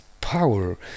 power